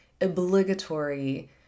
obligatory